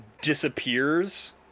disappears